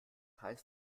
heißt